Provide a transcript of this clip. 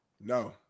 No